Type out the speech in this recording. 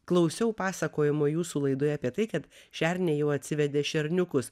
klausiau pasakojimo jūsų laidoje apie tai kad šernė jau atsivedė šerniukus